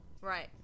Right